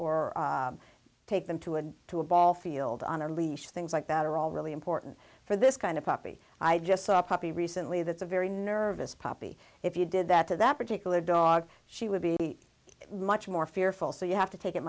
or take them to a to a ball field on a leash things like that are all really important for this kind of puppy i just saw a puppy recently that's a very nervous poppy if you did that to that particular dog she would be much more fearful so you have to take it